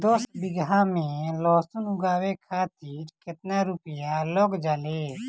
दस बीघा में लहसुन उगावे खातिर केतना रुपया लग जाले?